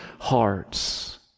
hearts